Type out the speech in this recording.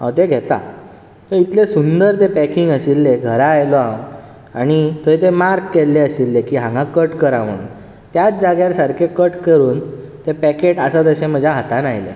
हांव तें घेता इतलें सुंदर तें पॅकींग आशिल्लें घरा आयलों आनी थंय तें मार्क केल्लें आशिल्लें की हांगा कट करा म्हूण त्याच जाग्यार सारकें कट करून तें पॅकेट आसा तशें म्हज्या हातान आयलें